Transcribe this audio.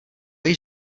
již